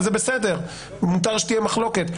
זה בסדר, מותר שתהיה מחלוקת.